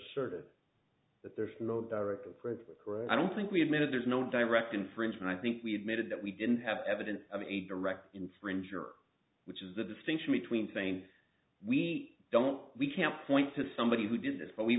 certain that there's no directive privilege i don't think we admitted there's no direct infringement i think we admitted that we didn't have evidence of a direct infringer which is a distinction between things we don't we can't point to somebody who did this